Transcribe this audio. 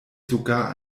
sogar